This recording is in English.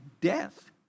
death